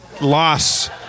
loss